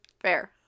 Fair